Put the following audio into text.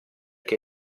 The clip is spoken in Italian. che